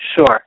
Sure